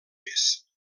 mes